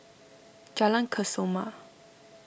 Jalan Kesoma